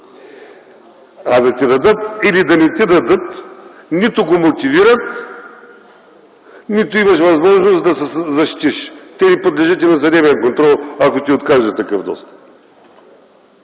А да ти дадат или да не ти дадат – нито го мотивират, нито имаш възможност да се защитиш. Те не подлежат и на съдебен контрол, ако ти откажат такъв достъп.